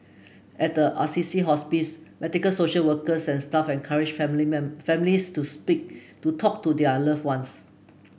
at the Assisi Hospice medical social workers and staff encourage family families to speak to talk to their loved ones